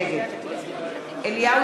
נגד אליהו